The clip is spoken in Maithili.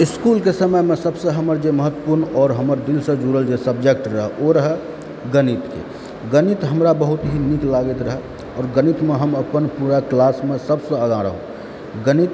इसकुलके समयमे सबसँ हमर जे महत्वपूर्ण आओर हमर दिलसँ जुड़ल जे सब्जेक्ट रहय ओ रहल गणितके गणित हमरा बहुत ही नीक लागैत रहै आओर गणितमे हम अपन पूरा क्लासमे सबसँ आगा रहू गणित